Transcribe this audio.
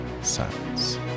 silence